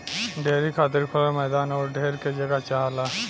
dairy खातिर खुलल मैदान आउर ढेर के जगह चाहला